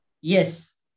Yes